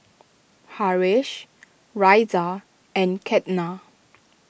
Haresh Razia and Ketna